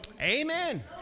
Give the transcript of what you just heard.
Amen